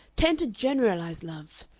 tend to generalize love.